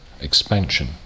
expansion